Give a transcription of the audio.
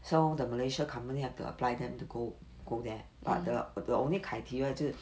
so the malaysia company have to apply them to go go there but the the only criteria 就